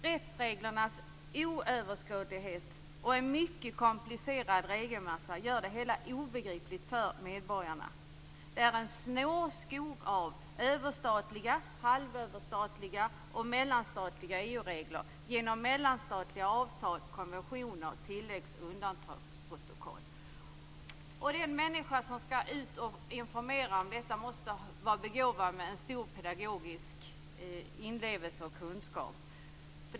Rättsreglernas oöverskådlighet och en mycket komplicerad regelmassa gör det hela obegripligt för medborgarna. Det är en snårskog av överstatliga, halvöverstatliga och mellanstatliga EU-regler genom mellanstatliga avtal, konventioner, tilläggs och undantagsprotokoll. Den person som skall ut och informera om detta måste vara begåvad med en stor pedagogisk inlevelse och kunskap.